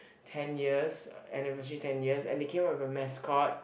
ten years anniversary ten years and they came out with a mascot